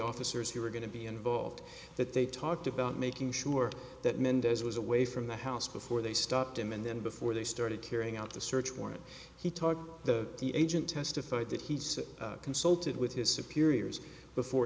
officers who were going to be involved that they talked about making sure that mendez was away from the house before they stopped him and then before they started carrying out the search warrant he talked to the agent testified that he consulted with his superiors before